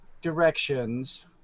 directions